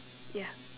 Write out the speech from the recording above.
ya